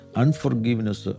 unforgiveness